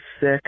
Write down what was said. sick